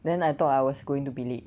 then I thought I was going to be late